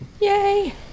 Yay